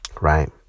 Right